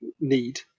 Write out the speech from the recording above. need